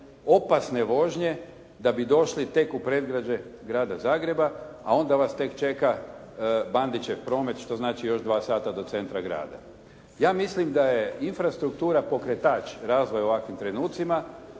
opasne vožnje, da bi došli tek u predgrađe Grada Zagreba, a onda vas tek čeka Bandićev promet, što znači još 2 sata do centra grada. Ja mislim da je infrastruktura pokretač razvoja u ovakvim trenucima,